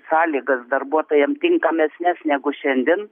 sąlygas darbuotojam tinkamesnes negu šiandien